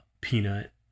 peanut